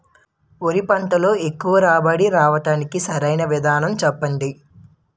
వరి పంటలో ఎక్కువ రాబడి రావటానికి సరైన విధానం చెప్పండి?